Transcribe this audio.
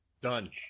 Done